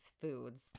foods